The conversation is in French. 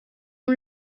ont